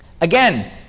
Again